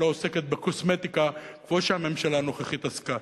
ולא עוסקת בקוסמטיקה כמו שהממשלה הנוכחית עסקה.